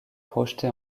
projetés